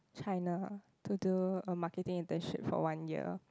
China to do a marketing internship for one year